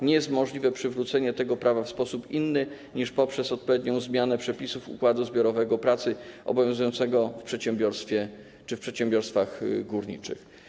Nie jest możliwe przywrócenie tego prawa w sposób inny niż poprzez odpowiednią zmianę przepisów układu zbiorowego pracy obowiązujących w przedsiębiorstwie czy w przedsiębiorstwach górniczych.